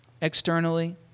externally